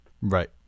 right